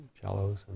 cellos